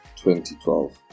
2012